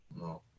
No